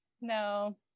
no